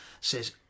says